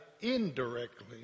indirectly